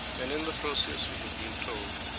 and in the process, we have been told